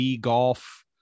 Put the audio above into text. golf